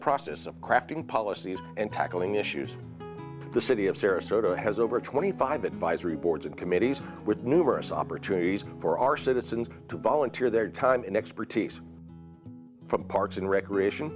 process of crafting policies and tackling issues the city of sarasota has over twenty five advisory boards and committees with numerous opportunities for our citizens to volunteer their time and expertise from parks and recreation